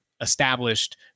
established